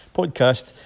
podcast